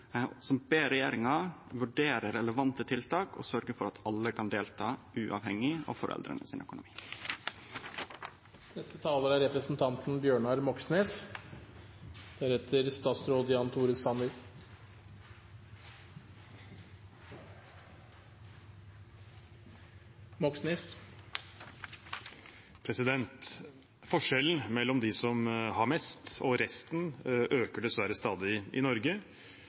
som ber regjeringa vurdere relevante tiltak og sørgje for at alle kan delta, uavhengig av økonomien til foreldra. Forskjellene mellom dem som har mest, og resten, øker dessverre stadig i Norge,